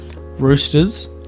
Roosters